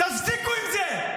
תפסיקו עם זה.